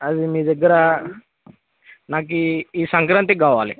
అది నీ దగ్గర నాకు ఈ ఈ సంక్రాంతికి కావాలి